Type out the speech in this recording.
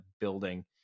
building